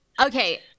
Okay